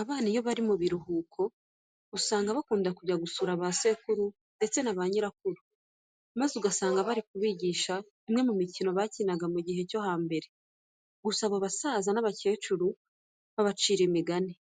Abana iyo bari mu biruhuko usanga bakunda kujya gusura ba sekuru ndetse na ba nyirakuru, maze ugasanga bari kubigisha imwe mu mikino bakinaga mu gihe cyo hambere. Gusa abo basaza n'abakecuru babacira imigani,